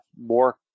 more